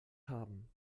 haben